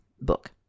book